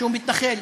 שהוא מתנחל,